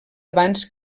abans